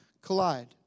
collide